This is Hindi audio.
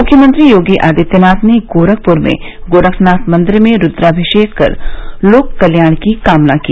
मुख्यमंत्री योगी आदित्यनाथ ने गोरखपुर में गोरखनाथ मंदिर में रुद्राभिषेक कर लोक कल्याण की कामना की